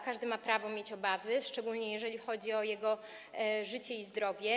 Każdy ma prawo mieć obawy, szczególnie jeżeli chodzi o jego życie i zdrowie.